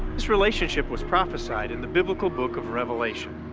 this relationship was prophesied in the biblical book of revelation.